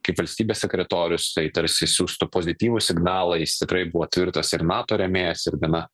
kaip valstybės sekretorius tai tarsi siųstų pozityvų signalą jis tikrai buvo tvirtas ir nato rėmėjas ir gana